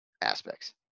aspects